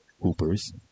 hoopers